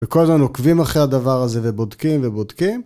וכל הזמן עוקבים אחרי הדבר הזה ובודקים ובודקים.